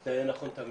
זה נכון תמיד.